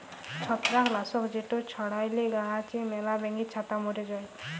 ছত্রাক লাসক যেট ছড়াইলে গাহাচে ম্যালা ব্যাঙের ছাতা ম্যরে যায়